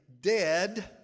dead